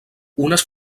unes